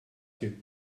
you